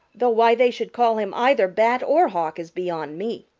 though why they should call him either bat or hawk is beyond me.